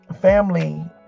family